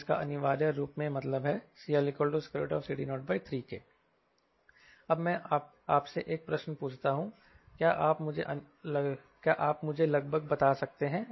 और इसका अनिवार्य रूप में मतलब है CLCD03K अब मैं आपसे एक प्रश्न पूछता हूं क्या आप मुझे लगभग बता सकते हैं